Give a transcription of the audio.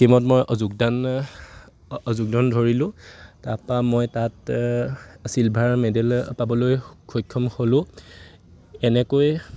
টীমত মই যোগদান যোগদান ধৰিলোঁ তাৰপা মই তাত ছিলভাৰ মেডেল পাবলৈ সক্ষম হ'লোঁ এনেকৈ